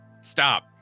Stop